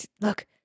look